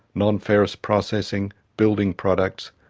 non-ferrous processing, building products,